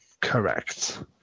Correct